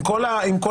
עם כל הכבוד.